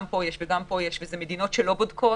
גם פה יש וגם פה יש ושאלה מדינות שלא בודקות,